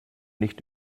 nicht